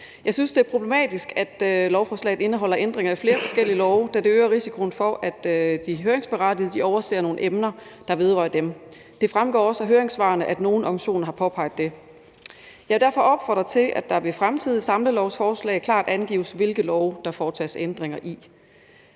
Jeg synes, det er problematisk, at lovforslaget indeholder ændringer af flere forskellige lov, da det øger risikoen for, at de høringsberettigede overser nogle emner, der vedrører dem. Det fremgår også af høringssvarene, at nogle organisationer har påpeget det. Jeg vil derfor opfordre til, at der ved fremtidige samlelovforslag klart angives, hvilke love der foretages ændringer i.